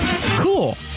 Cool